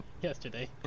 yesterday